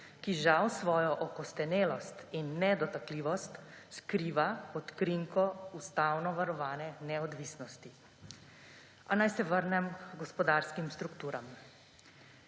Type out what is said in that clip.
ki žal svojo okostenelost in nedotakljivost skriva pod krinko ustavno varovane neodvisnosti. A naj se vrnem h gospodarskim strukturam.